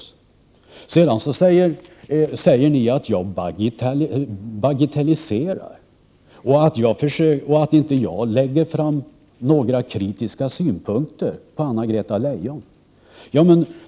Sedan säger ni att jag bagatelliserar och att jag inte anlägger några kritiska synpunkter på Anna-Greta Leijons handlande.